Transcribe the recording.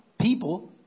people